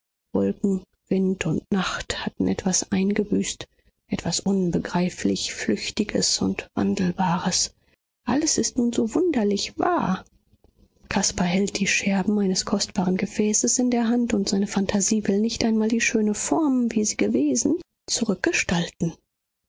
wolken wind und nacht hatten etwas eingebüßt etwas unbegreiflich flüchtiges und wandelbares alles ist nun so wunderlich wahr caspar hält die scherben eines kostbaren gefäßes in der hand und seine phantasie will nicht einmal die schöne form wie sie gewesen zurückgestalten